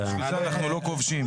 אנחנו לא כובשים.